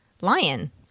lion